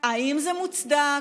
האם זה מוצדק?